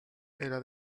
era